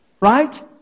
Right